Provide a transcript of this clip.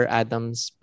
adam's